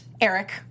Eric